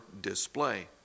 display